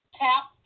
tap